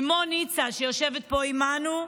אימו ניצה, שיושבת פה עימנו,